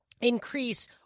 increase